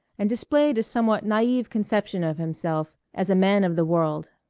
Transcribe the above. and displayed a somewhat naive conception of himself as a man of the world.